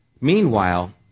Meanwhile